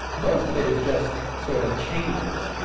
most of it is just sort of changes.